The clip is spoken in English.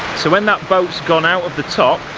so when that boats gone out of the top,